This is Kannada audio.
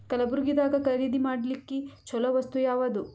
ಕಲಬುರ್ಗಿದಾಗ ಖರೀದಿ ಮಾಡ್ಲಿಕ್ಕಿ ಚಲೋ ವಸ್ತು ಯಾವಾದು?